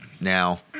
now